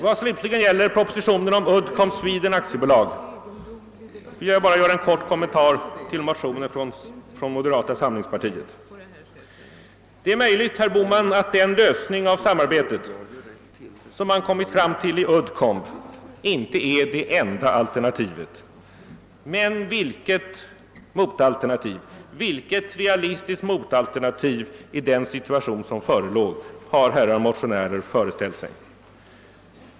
Vad slutligen gäller propositionen om Uddcomb Sweden AB vill jag göra en kort kommentar till motionen från moderata samlingspartiet. Det är möjligt, herr Bohman, att den utformning av samarbetet som man kommit fram till i Uddcomb inte är det enda alternativet. Men vilket realistiskt motalternativ i den situation som förelåg har herrar motionärer föreställt sig råda?